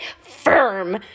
firm